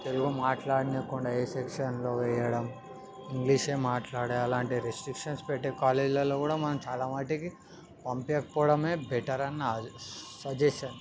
తెలుగు మాట్లాడినీయకుండా ఏ సెక్షన్లో వేయడం ఇంగ్లీషే మాట్లాడే అలాంటి రెస్ట్రిక్షన్స్ పెట్టే కాలేజీలలో కూడా మనం చాలా మట్టుకు పంపించకపోవడమే బెటర్ అని నా సజెషన్